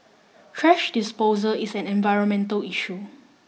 thrash disposal is an environmental issue